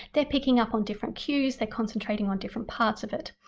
they're picking up on different cues, they're concentrating on different parts of it,